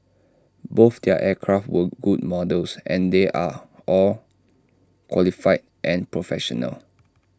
both their aircraft were good models and they're all qualified and professional